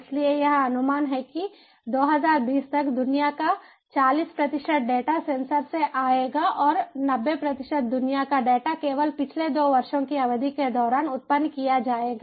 इसलिए यह अनुमान है कि 2020 तक दुनिया का 40 प्रतिशत डेटा सेंसर से आएगा और 90 प्रतिशत दुनिया का डेटा केवल पिछले 2 वर्षों की अवधि के दौरान उत्पन्न किया जाएगा